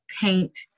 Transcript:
paint